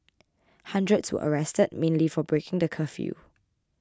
hundreds were arrested mainly for breaking the curfew